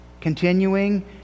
continuing